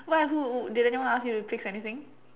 what who who did anyone ask you to fix anything